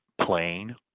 plain